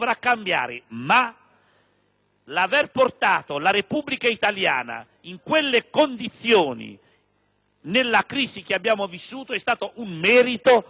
nella crisi che abbiamo vissuto è stato un merito di questo Governo e di questa maggioranza. Non lo possiamo in alcun modo dimenticare.